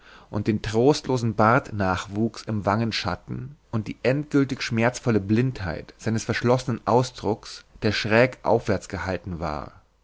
und den trostlosen bartnachwuchs im wangenschatten und die endgültig schmerzvolle blindheit seines verschlossenen ausdrucks der schräg aufwärts gehalten war